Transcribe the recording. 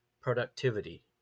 productivity